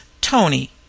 Tony